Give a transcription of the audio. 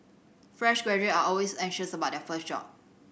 fresh graduate are always anxious about their first job